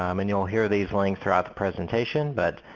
um and you'll hear these links throughout the presentation, but